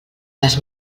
les